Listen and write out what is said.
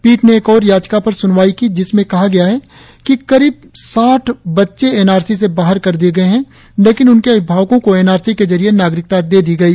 पीठ ने एक और याचिका पर सुनवाई की जिसमें कहा गया है कि करीब साठ बच्चे एन आर सी से बाहर कर दिए गये है लेकिन उनके अभिभावकों को एन आर सी के जरिये नागरिकता दे दी गई